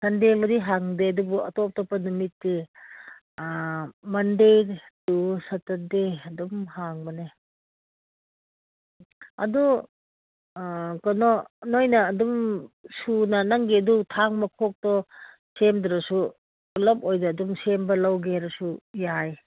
ꯁꯟꯗꯦꯕꯨꯗꯤ ꯍꯥꯡꯗꯦ ꯑꯗꯨꯕꯨ ꯑꯇꯣꯞ ꯑꯇꯣꯞꯄ ꯅꯨꯃꯤꯠꯇꯤ ꯃꯟꯗꯦ ꯇꯨ ꯁꯦꯇꯔꯗꯦ ꯑꯗꯨꯝ ꯍꯥꯡꯕꯅꯤ ꯑꯗꯨ ꯀꯩꯅꯣ ꯅꯣꯏꯅ ꯑꯗꯨꯝ ꯁꯨꯅ ꯅꯪꯒꯤ ꯑꯗꯨ ꯊꯥꯡ ꯃꯈꯣꯛꯇꯣ ꯁꯦꯝꯗ꯭ꯔꯁꯨ ꯄꯨꯜꯂꯞ ꯑꯣꯏꯅ ꯑꯗꯨꯝ ꯁꯦꯝꯕ ꯂꯧꯒꯦ ꯍꯥꯏꯔꯁꯨ ꯌꯥꯏ